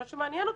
מה שמעניין אותי,